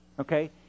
Okay